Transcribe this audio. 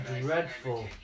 dreadful